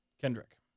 Kendrick